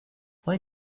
why